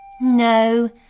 No